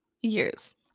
years